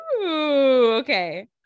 okay